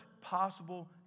possible